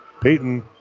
Peyton